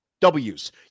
Ws